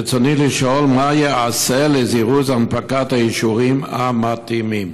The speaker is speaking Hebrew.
רצוני לשאול: מה ייעשה לזירוז הנפקת האישורים המתאימים?